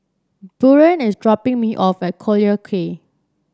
Buren is dropping me off at Collyer Quay